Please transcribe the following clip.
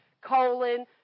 colon